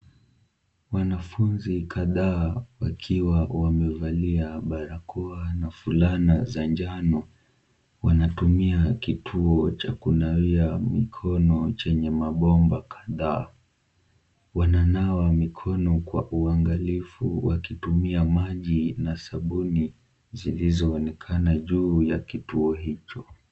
Wanafunzi kadhaa wakiwa wamevalia barakoa kwa fulana za njano wanatumia kituo cha kunawia mikono chenye mabomba kadhaa . Wananawa mikono kwa uangalifu wakitumia maji na sabuni zilizoonekana juu ya kituo hicho.